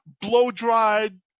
Blow-dried